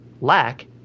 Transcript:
lack